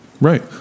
Right